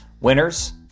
Winners